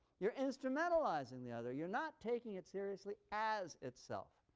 you're instrumentalizing the other. you're not taking it seriously as itself.